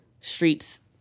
streets